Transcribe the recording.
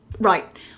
Right